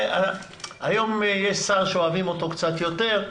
היום יש שר שאוהבים אותו קצת יותר.